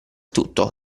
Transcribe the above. tutto